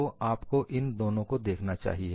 तो आपको इन दोनों को देखना चाहिए